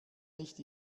nicht